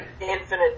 Infinite